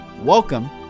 Welcome